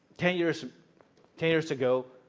ten years ten years ago,